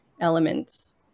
elements